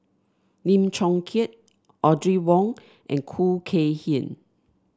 Lim Chong Keat Audrey Wong and Khoo Kay Hian